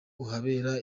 ahabera